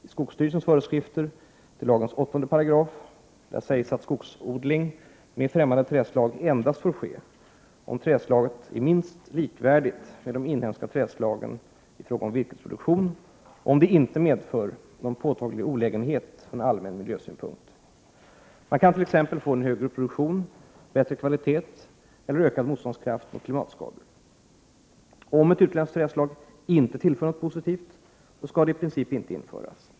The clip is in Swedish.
I skogsstyrelsens föreskrifter till lagens 8 § anges att skogsodling med främmande trädslag endast får ske, om trädslaget är minst likvärdigt med de inhemska trädslagen i fråga om virkesproduktion och om det inte medför någon påtaglig olägenhet från allmän miljösynpunkt. Man kan t.ex. få en högre produktion, bättre kvalitet eller ökad motståndskraft mot klimatskador. Om ett utländskt trädslag inte tillför något positivt, så skall det i princip inte införas.